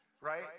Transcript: right